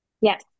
Yes